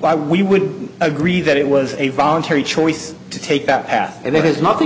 why we would agree that it was a voluntary choice to take that path and it has nothing